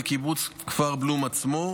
בקיבוץ כפר בלום עצמו,